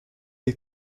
est